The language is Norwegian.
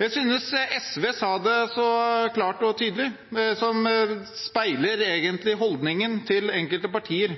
Jeg synes SV sa så klart og tydelig noe som egentlig speiler holdningen til enkelte partier.